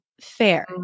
fair